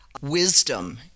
wisdom